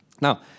Now